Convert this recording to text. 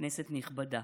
כנסת נכבדה,